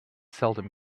seldom